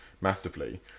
masterfully